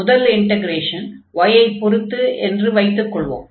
முதல் integration y ஐ பொருத்து என்று வைத்துக் கொள்வோம்